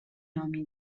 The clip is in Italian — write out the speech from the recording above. nomi